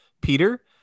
Peter